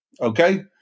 Okay